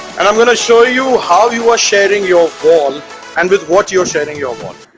and i'm going to show you how you are sharing your wall and with what you're sharing your wall